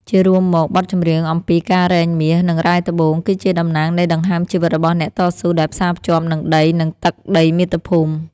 ជារួមមក បទចម្រៀងអំពីការរែងមាស និងរ៉ែត្បូង គឺជាតំណាងនៃដង្ហើមជីវិតរបស់អ្នកតស៊ូដែលផ្សារភ្ជាប់នឹងដី និងទឹកដីមាតុភូមិ។